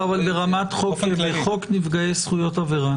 אבל ברמת חוק נפגעי זכויות עבירה.